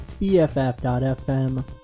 BFF.FM